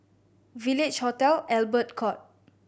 Village Hotel Albert Court